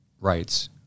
rights